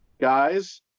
guys